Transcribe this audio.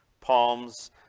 palms